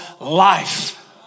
life